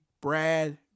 Brad